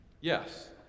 Yes